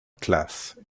classe